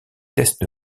test